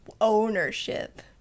ownership